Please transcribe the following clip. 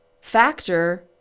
factor